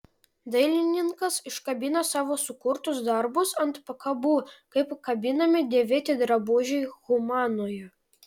dailininkas iškabina savo sukurtus darbus ant pakabų kaip kabinami dėvėti drabužiai humanoje